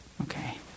Okay